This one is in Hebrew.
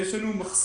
יש לנו מחסור